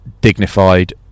dignified